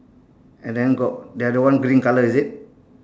and then got the other one green colour is it